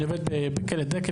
אני עובד בכלא דקל,